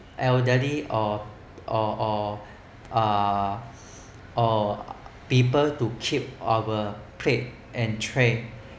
elderly or or (uh )or people to keep our plates and trays